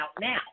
now